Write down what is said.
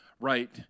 right